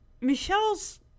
Michelle's